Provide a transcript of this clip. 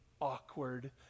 awkward